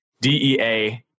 DEA